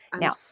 Now